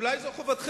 אולי זו חובתכם.